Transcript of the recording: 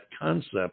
concept